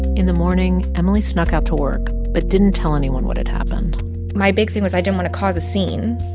in the morning, emily snuck out to work but didn't tell anyone what had happened my big thing was i didn't want to cause a scene.